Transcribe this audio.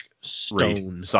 stone